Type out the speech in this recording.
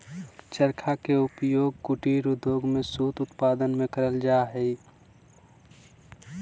चरखा के उपयोग कुटीर उद्योग में सूत उत्पादन में करल जा हई